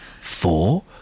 four